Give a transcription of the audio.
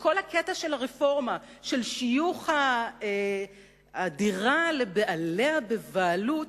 וכל הקטע של הרפורמה של שיוך הדירה לבעליה בבעלות